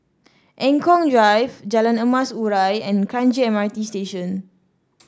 Eng Kong Drive Jalan Emas Urai and Kranji M R T Station